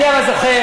אבל אני זוכר,